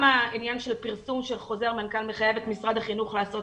העניין של פרסום של חוזר מנכ"ל מחייב את משרד החינוך לעשות